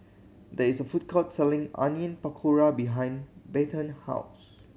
there is a food court selling Onion Pakora behind Bethann house